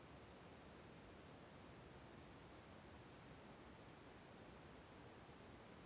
ನಾನು ಒಂದು ವೇಳೆ ಸಾಲ ವಾಪಾಸ್ಸು ಮಾಡಲಿಲ್ಲಂದ್ರೆ ಬ್ಯಾಂಕನೋರು ದಂಡ ಹಾಕತ್ತಾರೇನ್ರಿ?